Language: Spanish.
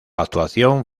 actuación